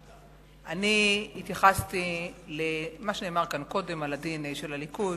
אני התייחסתי למה שנאמר כאן קודם על ה-DNA של הליכוד.